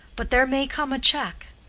but there may come a check,